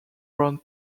round